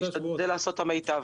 אני אשתדל לעשות את המיטב.